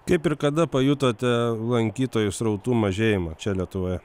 kaip ir kada pajutote lankytojų srautų mažėjimą čia lietuvoje